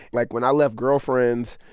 like, when i left girlfriends.